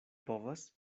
povas